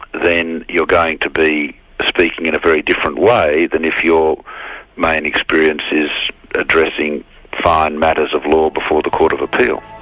then you're going to be speaking in a very different way than if you're main experience is addressing fine matters of law before the court of appeal.